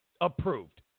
approved